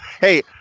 hey